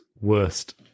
worst